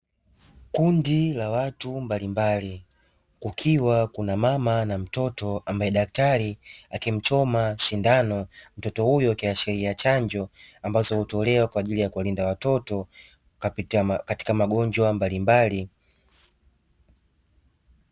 Kundi la watu mbalimbali kukiwa kuna mama na mtoto ambaye daktari akimchoma sindano mtoto huyo, ikiashiria chanjo ambazo hutolewa kwa ajili ya kuwalinda watoto katika magonjwa mbalimbali.